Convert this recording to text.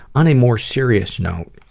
on a more serious note,